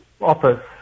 office